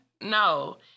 No